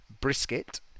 brisket